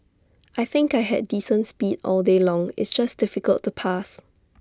I think I had decent speed all day long it's just difficult to pass